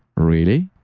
really?